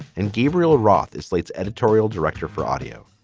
and gabriel roth is slate's editorial director for audio.